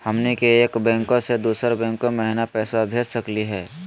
हमनी के एक बैंको स दुसरो बैंको महिना पैसवा भेज सकली का हो?